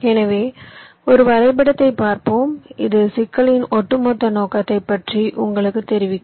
எனவே ஒரு வரைபடத்தைப் பார்ப்போம் இது சிக்கலின் ஒட்டுமொத்த நோக்கத்தைப் பற்றி உங்களுக்குத் தெரிவிக்கும்